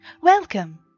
welcome